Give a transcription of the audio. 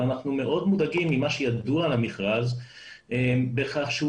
אבל אנחנו מאוד מודאגים ממה שידוע על המכרז בהכרח שהוא